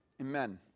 Amen